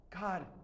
God